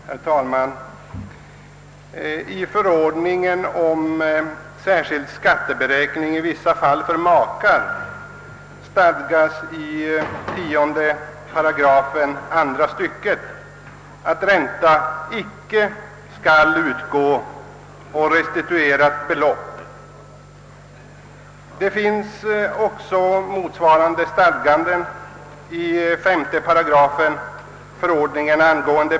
Herr talman! I förordningen om särskild skatteberäkning i vissa fall för makar stadgas i 10 8 andra stycket, att ränta icke skall utgå å restituerat belopp. Motsvarande stadganden finns också i 5 § förordningen ang.